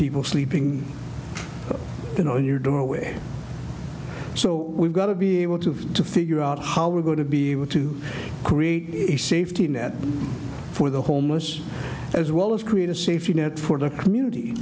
people sleeping you know in your doorway so we've got to be able to figure out how we're going to be able to create a safety net for the homeless as well as create a safety net for the community